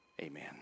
Amen